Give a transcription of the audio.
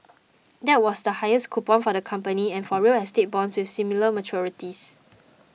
that was the highest coupon for the company and for real estate bonds with similar maturities